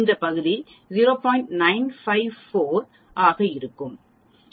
954 ஆக இருக்கும்